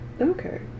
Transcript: okay